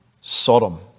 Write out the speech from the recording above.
Sodom